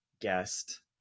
guest